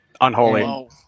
unholy